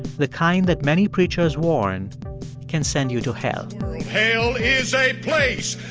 the kind that many preachers warn can send you to hell hell is a place.